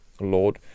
Lord